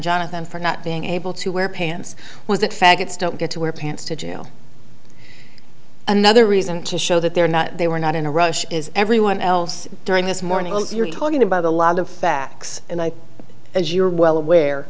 jonathan for not being able to wear pants was that faggots don't get to wear pants to jail another reason to show that they're not they were not in a rush is everyone else during this morning you're talking about a lot of facts and as you're well aware